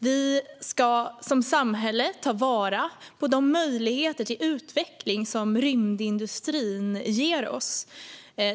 Vi ska som samhälle ta vara på de möjligheter till utveckling som rymdindustrin ger oss.